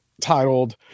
titled